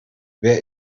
wer